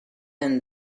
and